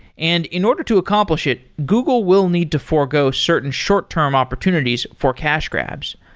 and in order to accomplish it, google will need to forgo certain short-term opportunities for cache grabs,